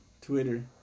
Twitter